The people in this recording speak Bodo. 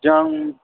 जों